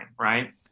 right